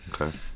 okay